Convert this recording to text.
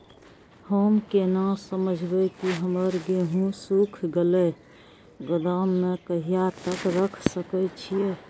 हम केना समझबे की हमर गेहूं सुख गले गोदाम में कहिया तक रख सके छिये?